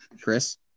Chris